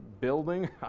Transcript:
building